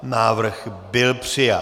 Návrh byl přijat.